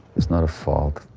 it's not a fault.